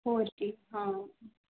ਹੋਰ ਕੀ ਹਾਂ